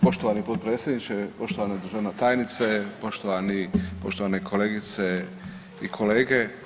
Poštovani potpredsjedniče, poštovana državna tajnice, poštovane kolegice i kolege.